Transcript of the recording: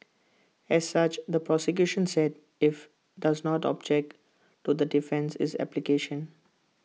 as such the prosecution said if does not object to the defence's is application